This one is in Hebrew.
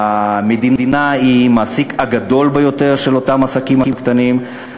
המדינה היא המעסיק הגדול ביותר של אותם עסקים קטנים,